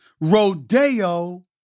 Rodeo